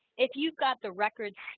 if you've got the records,